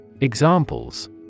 Examples